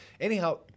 anyhow